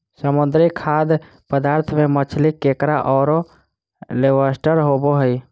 समुद्री खाद्य पदार्थ में मछली, केकड़ा औरो लोबस्टर होबो हइ